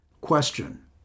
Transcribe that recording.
Question